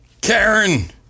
Karen